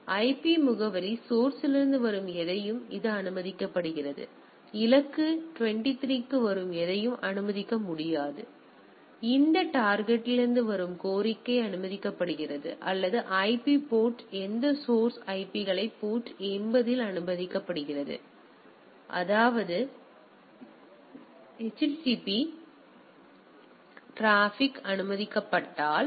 எனவே ஐபி முகவரி சௌர்ஸ்லிருந்து வரும் எதையும் இது அனுமதிக்கப்படுகிறது இலக்கு 23 க்கு வரும் எதையும் அனுமதிக்க முடியாது இந்த டார்கெட்லிருந்து வரும் கோரிக்கை அனுமதிக்கப்படுகிறது அல்லது ஐபி போர்ட் எந்த சௌர்ஸ் ஐபிக்கள் போர்ட் 80 அனுமதிக்கப்படுகிறது அதாவது HTTP டிராபிக் அனுமதிக்கப்பட்டால்